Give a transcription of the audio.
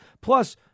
Plus